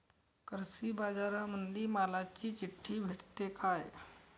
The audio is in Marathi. कृषीबाजारामंदी मालाची चिट्ठी भेटते काय?